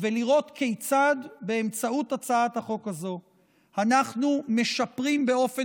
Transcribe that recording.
ולראות כיצד באמצעות הצעת החוק הזו אנחנו משפרים באופן